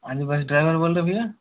हाँ जी bus driver बोल रहे भय्या